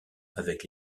avec